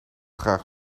graag